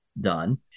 done